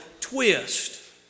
twist